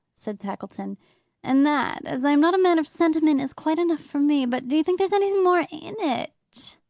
said tackleton and that, as i am not a man of sentiment, is quite enough for me. but do you think there's anything more in it?